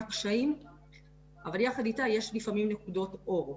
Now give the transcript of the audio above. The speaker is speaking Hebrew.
קשיים אבל יחד איתה יש לפעמים נקודות אור.